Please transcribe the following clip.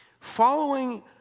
Following